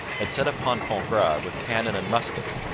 had set upon pontgrave with cannon and muskets,